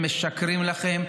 הם משקרים לכם.